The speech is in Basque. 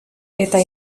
eta